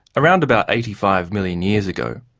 around about eighty five million years ago.